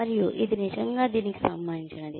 మరియు ఇది నిజంగా దీనికి సంబంధించినది